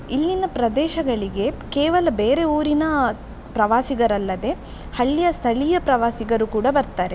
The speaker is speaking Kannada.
ಇಲ್ಲಿನ ಪ್ರದೇಶಗಳಿಗೆ ಕೇವಲ ಬೇರೆ ಊರಿನ ಪ್ರವಾಸಿಗರಲ್ಲದೇ ಹಳ್ಳಿಯ ಸ್ಥಳೀಯ ಪ್ರವಾಸಿಗರು ಕೂಡ ಬರ್ತಾರೆ